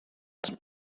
els